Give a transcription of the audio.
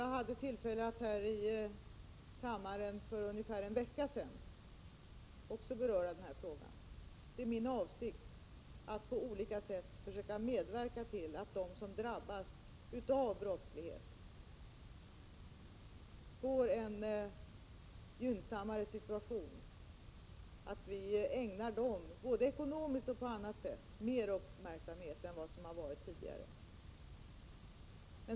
Jag hade tillfälle att här i kammaren för ungefär en vecka sedan också beröra den frågan. Det är min avsikt att på olika sätt försöka medverka till förbättringar för dem som drabbas av brottslighet, att vi ägnar dem både ekonomiskt och på annat sätt mer uppmärksamhet än vad som skett tidigare.